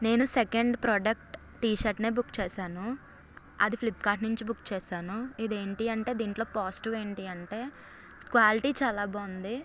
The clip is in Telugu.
నేను సెకండ్ ప్రోడక్ట్ టీ షర్ట్ని బుక్ చేశాను అది ఫ్లిప్కార్ట్ నుంచి బుక్ చేశాను ఇది ఏంటి అంటే దీంట్లో పాసిటివ్ ఏంటి అంటే క్వాలిటీ చాలా బాగుంది